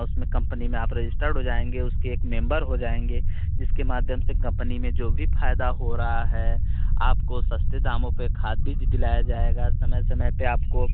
उसमें कम्पनी में आप रजिस्टर्ड हो जाएंगे उसके एक मेंबर हो जाएंगे जिसके माध्यम से कम्पनी में जो भी फायदा हो रहा है आपको सस्ते दामों पर खाद बीज दिलाया जाएगा समय समय पर आपको